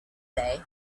day